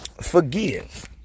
forgive